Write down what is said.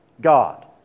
God